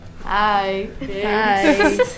Hi